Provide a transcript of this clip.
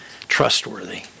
trustworthy